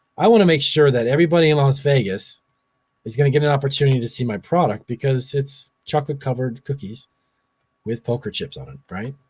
i wanna make sure that everybody in las vegas is gonna get an opportunity to see my product because it's chocolate covered cookies with poker chips on them, and right?